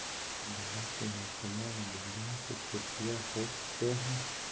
ठंडबा के मौसमा मे भिंडया के खेतीया हो सकये है?